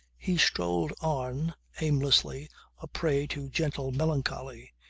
he strolled on aimlessly a prey to gentle melancholy.